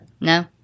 No